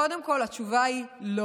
אופיר, קודם כול, התשובה היא לא.